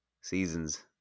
seasons